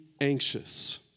anxious